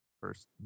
First